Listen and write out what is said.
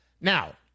Now